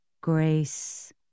grace